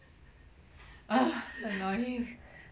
ugh annoying